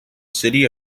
city